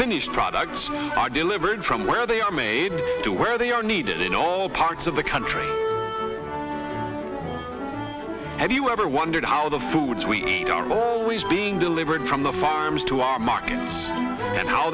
finished products are delivered from where they are made to where they are needed in all parts of the country have you ever wondered how the foods we eat are always being delivered from the farms to our markets and how